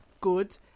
good